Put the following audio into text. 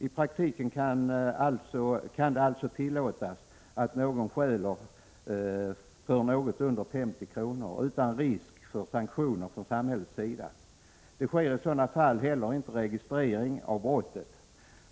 I praktiken kan man alltså tillåtas stjäla för något under 50 kr. utan risk för sanktioner från samhällets sida. Det sker i sådana fall inte heller någon registrering av brottet.